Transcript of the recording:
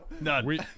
None